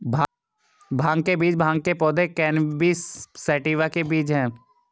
भांग के बीज भांग के पौधे, कैनबिस सैटिवा के बीज हैं